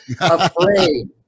afraid